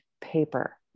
paper